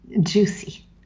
juicy